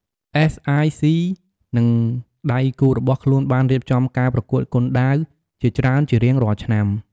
អ្វេស អាយ សុី និងដៃគូរបស់ខ្លួនបានរៀបចំការប្រកួតគុនដាវជាច្រើនជារៀងរាល់ឆ្នាំ។